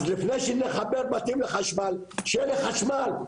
אז לפני שנחבר בתים לחשמל, שיהיה חשמל,